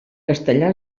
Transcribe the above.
castellà